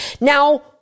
Now